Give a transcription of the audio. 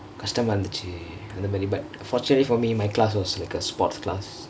கஷ்ட்டமா இருந்துச்சு அந்த மாரி:kashtamaa irundthuchu andtha maari but fortunately for me my class was like a sports class